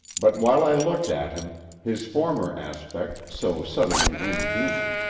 but while i looked at him his former aspect, so subtly inhuman,